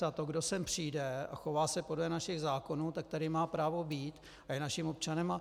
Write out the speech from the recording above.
To, kdo sem přijde a chová se podle našich zákonů, tak tady má právo být a je naším občanem.